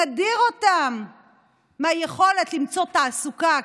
נדיר אותם מהיכולת למצוא תעסוקה.